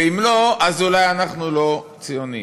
ואם לא, אז אולי אנחנו לא ציונים.